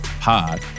Pod